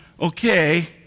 Okay